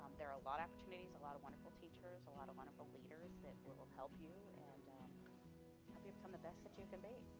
there are a lot of opportunities, a lot of wonderful teachers, a lot of wonderful leaders that will will help you, and help you become the best that you can be,